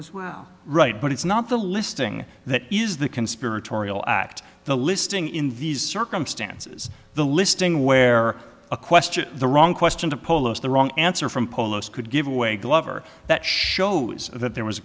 as well right but it's not the listing that is the conspiratorial act the listing in these circumstances the listing where a question the wrong question to polish the wrong answer from polo's could give away glover that shows that there was